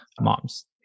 moms